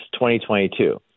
2022